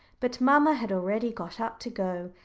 but mamma had already got up to go,